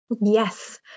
Yes